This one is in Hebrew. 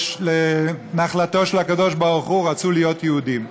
לנחלתו של הקדוש-ברוך-הוא, רצו להיות יהודים.